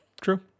true